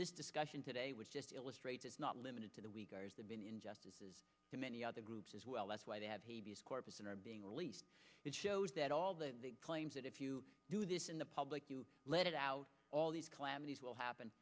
this discussion today was just illustrates it's not limited to the weaker as they've been injustices in many other groups as well that's why they have corpus and are being released it shows that all the claims that if you do this in the public you let it out all these calamities will happen